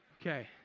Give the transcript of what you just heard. Okay